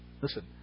listen